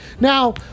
Now